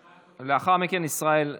לאחר מכן ישראל אייכלר.